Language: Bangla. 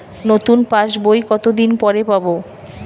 নতুন পাশ বই কত দিন পরে পাবো?